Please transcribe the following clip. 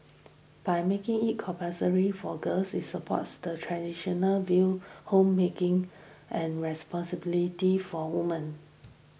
by making it compulsory for girls this supported the traditional view homemaking and responsibility for women